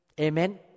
Amen